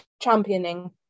championing